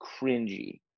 cringy